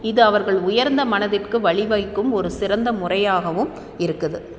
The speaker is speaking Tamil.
இது அவர்கள் உயர்ந்த மனதிற்கு வழிவகுக்கும் ஒரு சிறந்த முறையாகவும் இருக்குது